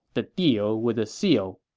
the deal with the seal.